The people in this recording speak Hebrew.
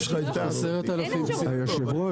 יושב ראש